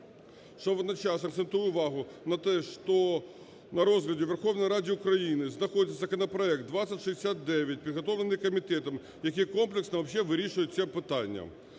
водночас, акцентую увагу на те, що на розгляді у Верховній Раді України знаходиться законопроект 2069, підготовлений комітетом, який комплексно вирішує це питання.